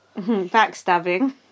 Backstabbing